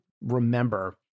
remember